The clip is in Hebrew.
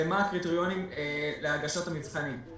ומה הקריטריונים להגשת המבחנים.